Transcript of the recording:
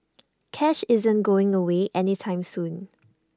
cash isn't going away any time soon